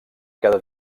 cada